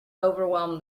overwhelmed